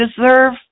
deserve